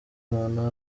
umuntu